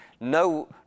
no